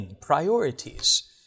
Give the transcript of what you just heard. priorities